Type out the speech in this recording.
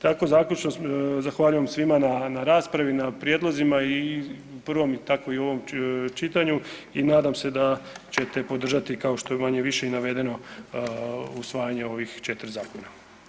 Tako zaključno zahvaljujem svima na raspravi, na prijedlozima i u prvom tako i u ovom čitanju i nadam se da ćete podržati kao što je manje-više i navedeno usvajanje ovih 4 zakona.